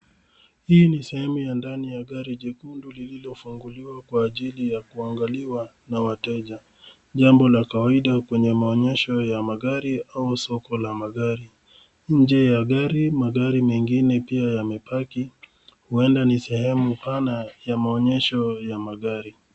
Hii ni sehemu ya ndani ya gari jekundu lililofunguliwa kwa ajili ya kuangaliwa na wateja. Jambo la kawaida kwenye maonyesho ya magari ama soko la magari. Nje ya gari magari mengine pia yamepaki. Huenda ni sehemu pana ya maonyesho ya magari.